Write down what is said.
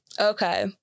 Okay